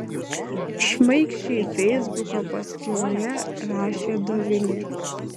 šmaikščiai feisbuko paskyroje rašė dovilė